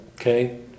Okay